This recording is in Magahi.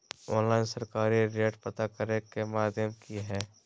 ऑनलाइन सरकारी रेट पता करे के माध्यम की हय?